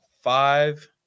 five